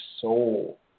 soul